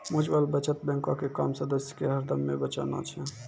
mutual बचत बैंको के काम सदस्य के हरदमे बचाना छै